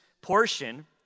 portion